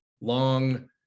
long